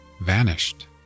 vanished